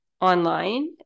online